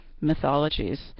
mythologies